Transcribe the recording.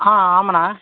ஆ ஆமாண்ண